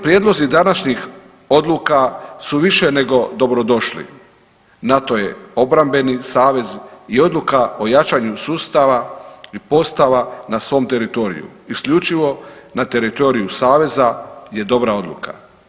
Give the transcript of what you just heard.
Prijedlozi današnjih odluka su više nego dobrodošli, NATO je obrambeni savez i odluka o jačanju sustava i postava na svom teritoriju isključivo na teritoriju saveza je dobra odluka.